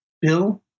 Bill